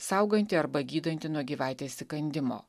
saugantį arba gydantį nuo gyvatės įkandimo